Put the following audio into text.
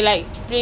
oh